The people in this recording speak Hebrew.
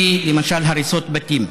לי, למשל הריסות בתים.